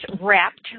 wrapped